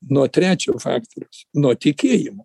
nuo trečio faktoriaus nuo tikėjimo